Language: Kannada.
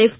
ಎಫ್